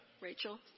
Rachel